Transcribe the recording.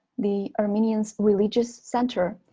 the armenian religious center,